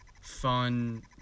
fun